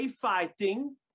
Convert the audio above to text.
fighting